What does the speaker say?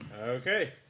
Okay